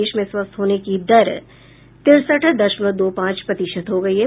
देश में स्वस्थ होने की दर तिरसठ दशमलव दो पांच प्रतिशत हो गई है